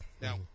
Now